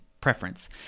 preference